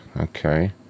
Okay